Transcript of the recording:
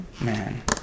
Man